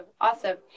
Awesome